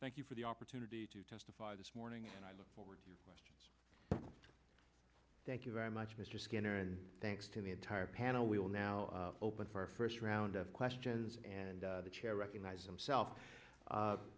thank you for the opportunity to testify this morning and i look forward to your questions thank you very much mr skinner and thanks to the entire panel we will now open for our first round of questions and the chair recognizes them self